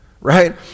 right